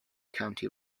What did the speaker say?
county